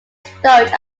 storage